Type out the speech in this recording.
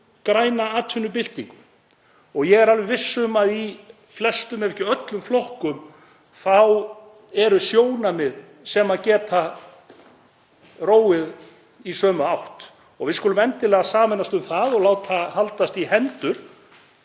græna atvinnubyltingu. Ég er alveg viss um að í flestum ef ekki öllum flokkum eru sjónarmið sem geta róið í sömu átt. Við skulum endilega sameinast um það og láta haldast í hendur